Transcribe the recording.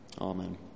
Amen